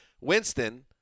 Winston